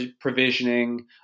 provisioning